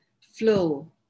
flow